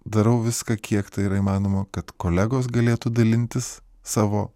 darau viską kiek tai yra įmanoma kad kolegos galėtų dalintis savo